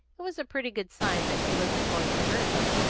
it was a pretty good sign that he wasn't going to earn them.